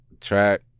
track